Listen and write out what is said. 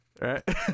Right